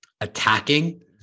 attacking